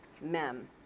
mem